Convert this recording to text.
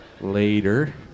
later